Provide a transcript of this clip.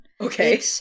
Okay